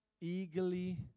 eagerly